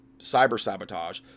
cyber-sabotage